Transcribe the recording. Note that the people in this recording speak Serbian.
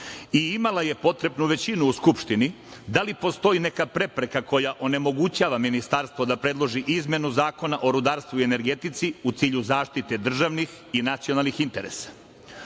i imala je potrebnu većinu u Skupštini, da li postoji neka prepreka koja onemogućava Ministarstvo da predloži izmenu Zakona o rudarstvu i energetici, a u cilju zaštite državnih i nacionalnih interesa?S